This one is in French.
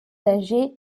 âgée